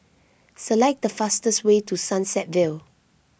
select the fastest way to Sunset Vale